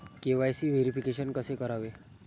KYC verification कसे करावे?